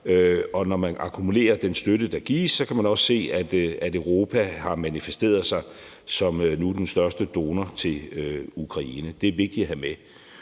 og når man akkumulerer den støtte, der gives, kan man også se, at Europa nu har manifesteret sig som den største donor til Ukraine. Det er vigtigt at have med.